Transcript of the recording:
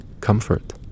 comfort